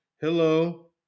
Hello